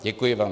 Děkuji vám.